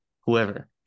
whoever